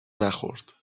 نخورد